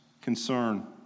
concern